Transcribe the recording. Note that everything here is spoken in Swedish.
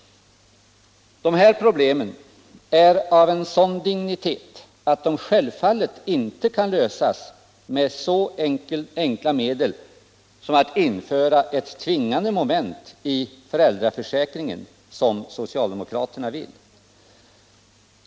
De här problemen är av en sådan dignitet att de självfallet inte kan lösas med så enkla medel som att införa ett tvingande moment i föräldraförsäkringen, som socialdemokraterna vill.